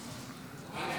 מס'